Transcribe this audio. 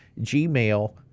Gmail